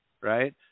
right